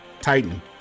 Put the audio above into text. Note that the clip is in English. Titan